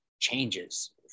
changes